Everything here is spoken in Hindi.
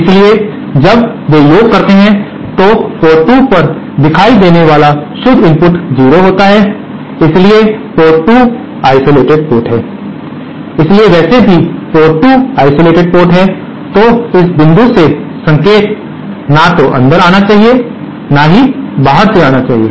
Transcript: इसलिए जब वे योग करते हैं तो पोर्ट 2 पर दिखाई देने वाला शुद्ध इनपुट 0 होता है इसलिए पोर्ट 2 आइसोलेटेड पोर्ट है इसलिए वैसे भी पोर्ट 2 आइसोलेटेड पोर्ट है तो इस बिंदु से संकेत ना तो अंदर आना चाहिए या ना बाहर से आना चाहिए